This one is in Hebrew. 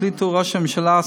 החליטו ראש הממשלה,